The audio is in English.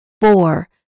Four